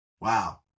wow